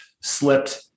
slipped